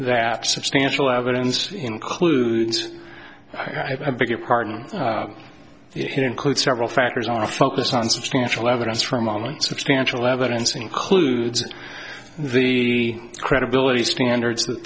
that substantial evidence includes i beg your pardon it includes several factors our focus on substantial evidence for a moment substantial evidence includes the credibility standards that